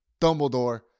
Dumbledore